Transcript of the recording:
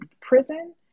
prison